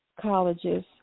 colleges